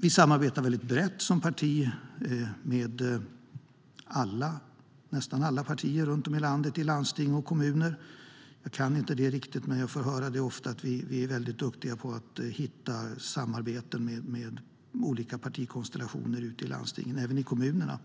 Vi samarbetar som parti väldigt brett med nästan alla partier runt om i landet i landsting och kommuner. Jag kan inte riktigt det här, men jag får ofta höra att vi är väldigt duktiga på att hitta samarbeten med olika partikonstellationer i landstingen och kommunerna.